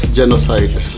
genocide